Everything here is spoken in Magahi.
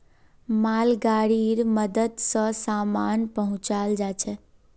मालगाड़ीर मदद स सामान पहुचाल जाछेक